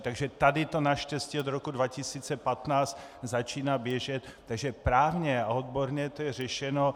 Takže tady to naštěstí od roku 2015 začíná běžet, takže právně a odborně to je řešeno.